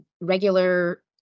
regular